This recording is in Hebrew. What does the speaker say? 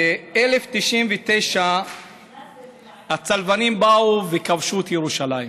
ב-1099 הצלבנים באו וכבשו את ירושלים